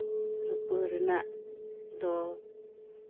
ᱨᱩᱯᱟᱹ ᱨᱮᱱᱟᱜ ᱫᱚ